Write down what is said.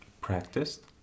practiced